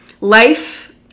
life